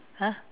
!huh!